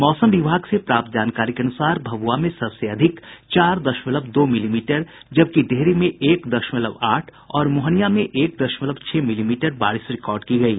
मौसम विभाग से प्राप्त जानकारी के अनुसार भभुआ में सबसे अधिक चार दशमलव दो मिली मीटर जबकि डेहरी में एक दशमलव आठ और मोहनिया में एक दशमलव छह मिली मीटर बारिश रिकॉर्ड की गयी